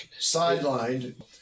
Sidelined